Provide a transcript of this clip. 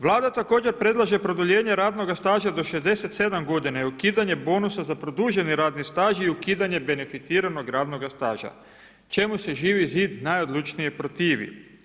Vlada također predlaže produljenje radnoga staža do 67 godina i ukidanje bonusa za produženi radni staž i ukidanje beneficiranoga radnog staža čemu se Živi zid najodlučnije protivi.